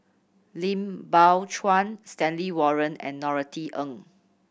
Lim Biow Chuan Stanley Warren and Norothy Ng